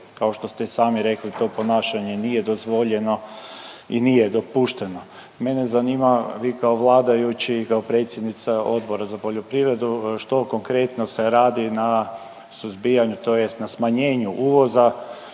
kao što ste i sami rekli, to ponašanje nije dozvoljeno i nije dopušteno. Mene zanima, vi kao vladajući, dopredsjednica Odbora za poljoprivredu, što konkretno se radi na suzbijanju, tj. na smanjenju uvoza